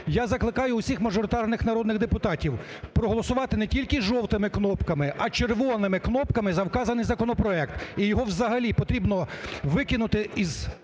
Я закликаю всіх мажоритарних народних депутатів проголосувати не тільки жовтими кнопками, а червоними кнопками за вказаний законопроект і його взагалі потрібно викинути від